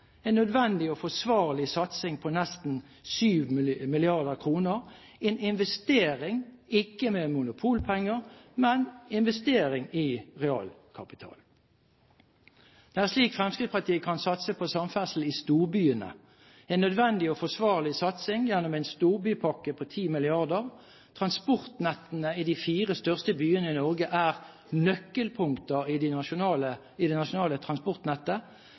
en nødvendig og forsvarlig satsing på nesten 7 mrd. kr – en investering ikke med monopolpenger, men en investering i realkapital. Det er slik Fremskrittspartiet kan satse på samferdsel i storbyene, en nødvendig og forsvarlig satsing gjennom en storbypakke på 10 mrd. kr. Transportnettene i de fire største byene i Norge er nøkkelpunkter i det nasjonale